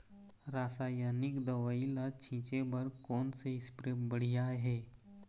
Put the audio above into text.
रासायनिक दवई ला छिचे बर कोन से स्प्रे बढ़िया हे?